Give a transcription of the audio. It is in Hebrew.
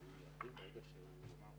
מהמשק,